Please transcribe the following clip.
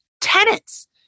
tenants